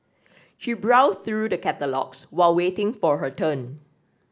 she browsed through the catalogues while waiting for her turn